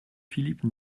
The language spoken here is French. philippe